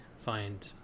find